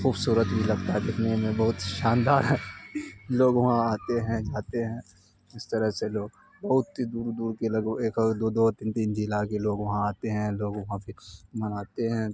خوبصورت بھی لگتا ہے دیکھنے میں بہت شاندار ہے لوگ وہاں آتے ہیں جاتے ہیں اس طرح سے لوگ بہت ہی دور دور کے لگ بھگ ایک ایک دو دو تین تین ضلع کے لوگ وہاں آتے ہیں لوگ وہاں مناتے ہیں